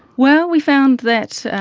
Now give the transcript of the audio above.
well, we found that